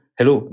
Hello